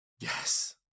Yes